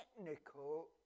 technical